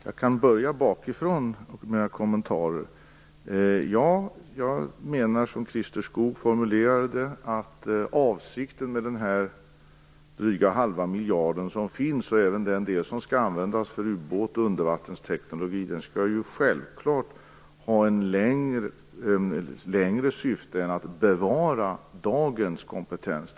Fru talman! Jag kan börja bakifrån med kommentarer. Jag menar, som Christer Skoog formulerade det, att avsikten med den här drygt halva miljarden och även den del som skall användas för ubåts och undervattensteknologi självfallet skall syfta till mer än att bevara dagens kompetens.